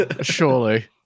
Surely